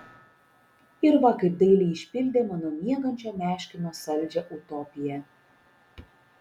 ir va kaip dailiai išpildė mano miegančio meškino saldžią utopiją